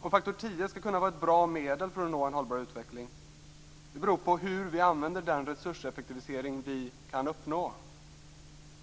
Om faktor 10 skall vara ett bra medel för att nå en hållbar utveckling beror på hur vi använder den resurseffektivisering vi kan uppnå.